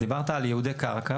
דיברת על ייעודי קרקע.